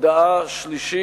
לא, הודעה שלישית,